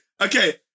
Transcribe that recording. Okay